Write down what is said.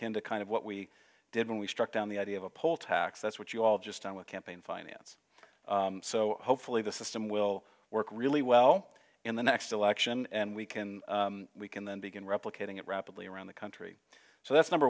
kinda kind of what we did when we struck down the idea of a poll tax that's what you all just done with campaign finance so hopefully the system will work really well in the next election and we can we can then begin replicating it rapidly around the country so that's number